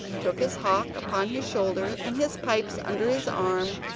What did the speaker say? took his hawk upon his shoulder, and his pipes under his arm,